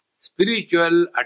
spiritual